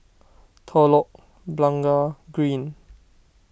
Telok Blangah Green